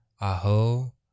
Aho